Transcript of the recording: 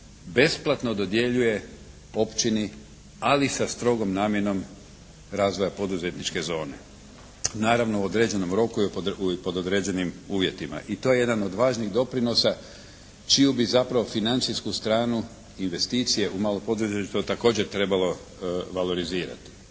besplatno dodjeljuje općini ali sa strogom namjenom razvoja poduzetničke zone, naravno u određenom roku i pod određenim uvjetima. I to je jedan od važnih doprinosa čiju bi zapravo financijsku stranu investicije u malo poduzetništvo također trebalo valorizirati.